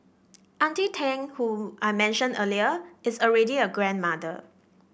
auntie Tang who I mentioned earlier is already a grandmother